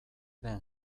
den